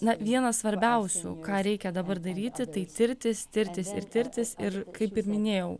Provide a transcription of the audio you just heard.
na vienas svarbiausių ką reikia dabar daryti tai tirtis tirtis ir tirtis ir kaip ir minėjau